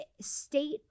state